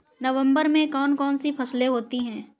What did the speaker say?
नवंबर में कौन कौन सी फसलें होती हैं?